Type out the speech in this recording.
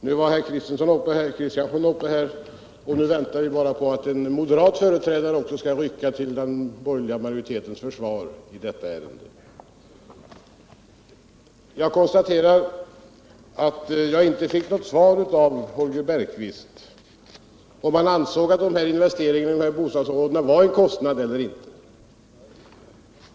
Nyss var herr Kristiansson uppe, och nu väntar vi bara på att en moderat företrädare också skall rycka ut till den borgerliga majoritetens försvar i detta ärende. Jag konstaterar att jag inte fick något svar av Holger Bergqvist om han ansåg att de här investeringarna i bostadsområdena var en kostnad eller inte.